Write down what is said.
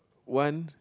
one